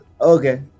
Okay